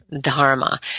dharma